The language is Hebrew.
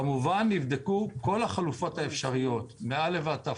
כמובן שנבדקו כל החלופות האפשריות, מ-א' ועד ת'.